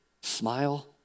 smile